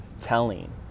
telling